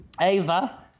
Ava